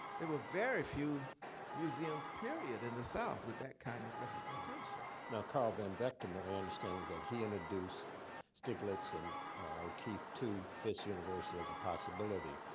there were very few museums period in the south with that kind of representation. now, carl van vechten, my understanding is that he introduced stieglitz and o'keeffe to fisk university as a possibility.